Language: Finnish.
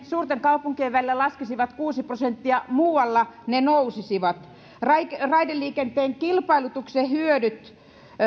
suurten kaupunkien välillä laskisivat kuusi prosenttia muualla ne nousisivat raideliikenteen kilpailutuksen hyödyt